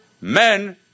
men